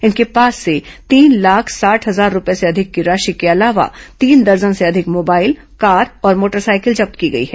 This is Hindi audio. इनके पास से तीन लाख साठ हजार रूपये से अधिक की राशि के अलावा तीन दर्जन से अधिक मोबाइल कार और मोटरसाइकिल जब्त की गई है